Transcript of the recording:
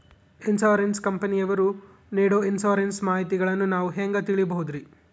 Insurance ಕಂಪನಿಯವರು ನೇಡೊ insurance ಮಾಹಿತಿಗಳನ್ನು ನಾವು ಹೆಂಗ ತಿಳಿಬಹುದ್ರಿ?